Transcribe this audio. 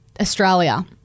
Australia